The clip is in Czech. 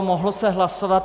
Mohlo se hlasovat.